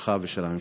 שלך ושל הממשלה?